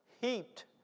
heaped